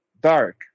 dark